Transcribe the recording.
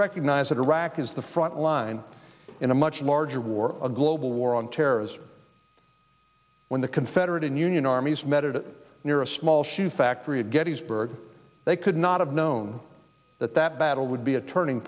recognize that iraq is the frontline in a much larger war a global war on terrorism when the confederate and union armies met it near a small shoe factory of gettysburg they could not have known that that battle would be a turning